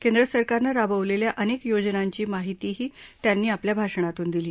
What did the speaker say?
केंद्र सरकारनं राबवलेल्या अनेक योजनांची माहितीही त्यांनी आपल्या भाषणातून दिली